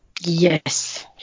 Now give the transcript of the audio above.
Yes